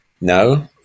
No